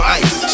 ice